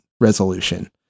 resolution